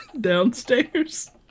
Downstairs